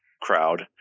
crowd